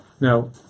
Now